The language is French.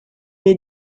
est